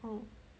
oh